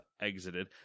exited